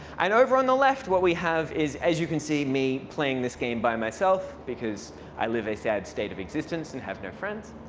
and over on the left what we have is, as you can you see, me playing this game by myself, because i live a sad state of existence and have no friends.